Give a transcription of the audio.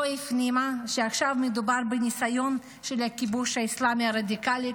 הפנימה שעכשיו מדובר בניסיון של הכיבוש האסלאמי הרדיקלי,